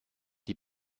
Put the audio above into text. die